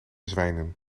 zwijnen